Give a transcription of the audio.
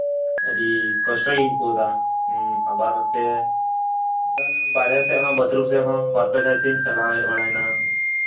ᱟᱹᱰᱤ ᱠᱚᱥᱴᱚ ᱜᱤᱧ ᱟᱹᱭᱠᱟᱹᱣ ᱫᱟ ᱟᱵᱟᱨ ᱛᱮ ᱵᱟᱦᱨᱮ ᱥᱮᱜ ᱦᱚᱸ ᱵᱟᱛᱷᱨᱩᱢ ᱥᱮᱜ ᱦᱚᱸ ᱵᱟᱨᱯᱮ ᱫᱷᱟᱣ ᱠᱟᱛᱮᱜ ᱤᱧ ᱪᱟᱞᱟᱣ ᱦᱮᱡ ᱵᱟᱲᱟᱭ ᱱᱟ